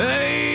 Hey